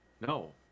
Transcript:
No